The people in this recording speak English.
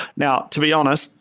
now, to be honest,